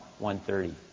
130